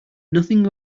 nothing